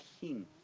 King